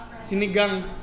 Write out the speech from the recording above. sinigang